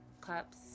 cups